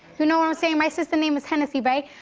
you know what i'm saying? my sister name is hennessy, right?